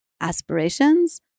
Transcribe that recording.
aspirations